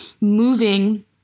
moving